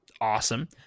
awesome